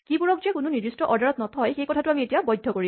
কীবোৰক যে কোনো নিৰ্দিষ্ট অৰ্ডাৰত নথয় সেই কথাটোকে আমি এতিয়া বৈধ্য কৰিম